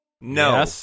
No